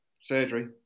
surgery